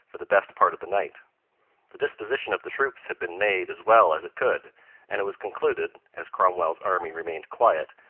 for the best part of the night the disposition of the troops had been made as well as it could and it was concluded, as cromwell's army remained quiet,